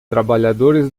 trabalhadores